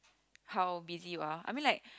how busy you are I mean like